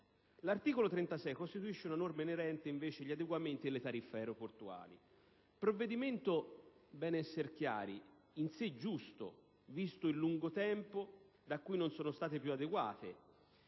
L'articolo 36 contiene, invece, una norma inerente agli adeguamenti delle tariffe aeroportuali, provvedimento - è bene essere chiari - in sé giusto, visto il lungo tempo da cui non sono state più adeguate